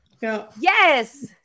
Yes